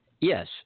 Yes